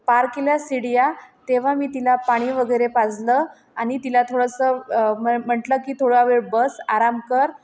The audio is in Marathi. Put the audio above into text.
पार केल्या शिड्या तेव्हा मी तिला पाणी वगैरे पाजलं आणि तिला थोडंसं मग म्हटलं की थोडा वेळ बस आराम कर